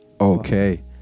okay